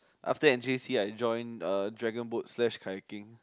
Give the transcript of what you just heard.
after that in j_c I join uh dragonboat slash kayaking